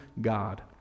God